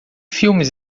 filmes